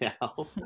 now